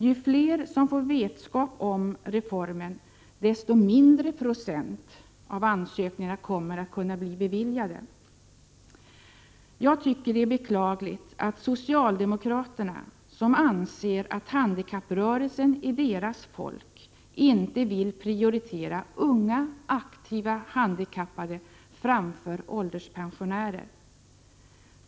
Ju fler som får vetskap om reformen, desto mindre procent av ansökningarna kommer att kunna bli beviljade. Jag tycker det är beklagligt att socialdemokraterna, som anser att handikapprörelsen är ”deras folk”, inte vill prioritera unga, aktiva handikappade framför ålderspensionärer.